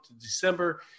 December